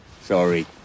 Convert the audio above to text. Sorry